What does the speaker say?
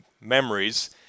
memories